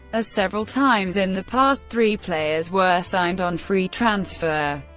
ah several times in the past, three players were signed on free transfer,